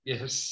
Yes